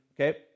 okay